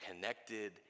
connected